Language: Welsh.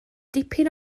dipyn